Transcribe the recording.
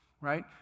right